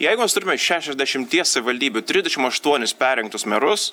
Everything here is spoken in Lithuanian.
jeigu mes turime iš šešiasdešimties savivaldybių trisdešim aštuonis perrinktus merus